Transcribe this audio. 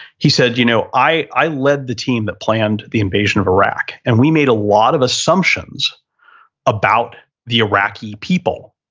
he said, you know i i led the team that planned the invasion of iraq and we made a lot of assumptions about the iraqi people,